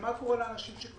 אנחנו מדברים על אנשים פשוטים,